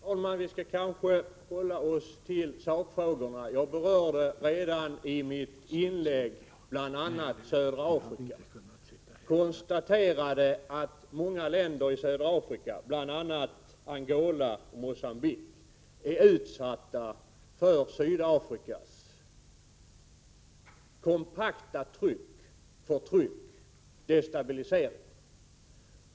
Herr talman! Vi kanske skall hålla oss till sakfrågorna. Jag berörde redan i mitt inledningsanförande bl.a. södra Afrika. Jag konstaterade då att många länder där, bl.a. Angola och Mogambique, är utsatta för Sydafrikas kompakta förtryck och destabiliseringspolitik.